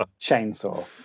chainsaw